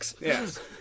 Yes